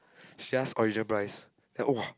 is just original price then !!wah!!